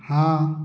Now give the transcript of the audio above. हाँ